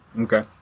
Okay